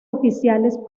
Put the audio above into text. oficiales